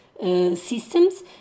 systems